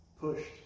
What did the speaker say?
pushed